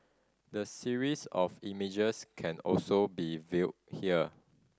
the series of images can also be viewed here